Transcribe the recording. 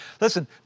Listen